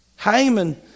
Haman